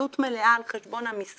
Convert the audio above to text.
עלות מלאה על חשבון המשרד,